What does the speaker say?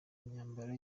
myambaro